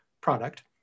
product